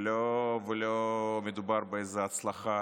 ולא מדובר באיזו הצלחה